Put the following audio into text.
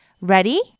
Ready